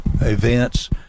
events